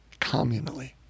communally